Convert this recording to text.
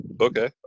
Okay